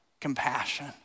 compassion